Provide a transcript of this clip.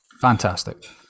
Fantastic